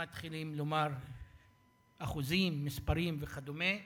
מתחילים לומר אחוזים, מספרים וכדומה.